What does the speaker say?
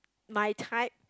my type